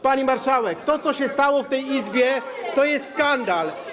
Pani marszałek, to co się stało w tej Izbie, to jest skandal.